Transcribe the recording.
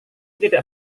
tidak